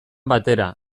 batera